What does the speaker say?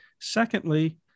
Secondly